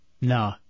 No